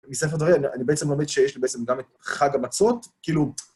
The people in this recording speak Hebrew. מספר דברים, אני בעצם לומד שיש לי בעצם גם את חג המצות, כאילו...